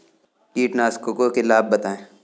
कीटनाशकों के लाभ बताएँ?